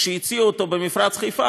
כשהציעו אותו במפרץ חיפה,